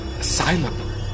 Asylum